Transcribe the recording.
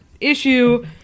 issue